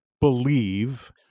believe